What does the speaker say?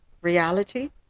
reality